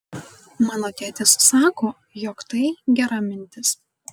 mano tėtis sako jog tai gera mintis